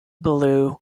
blue